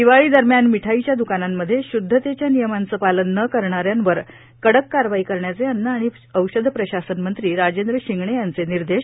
दिवाळी दरम्यान मिठाईच्या द्कानांमध्ये शुद्धतेच्या नियमाचं पालन न करणाऱ्यांवर कडक कारवाई करण्याचे अन्न आणि औषध प्रशासन मंत्री राजेंद्र शिंगणे यांचे निर्देश